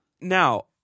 Now